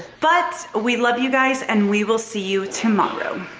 but we love you guys and we will see you tomorrow